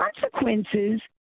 consequences